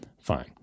fine